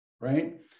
right